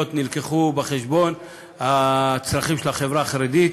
הובאו בחשבון הצרכים של החברה החרדית,